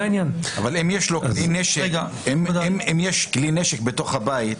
אם יש כלי נשק בתוך הבית,